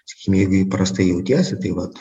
sakykim jeigu ir prastai jautiesi tai vat